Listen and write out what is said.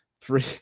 three